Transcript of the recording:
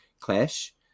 clash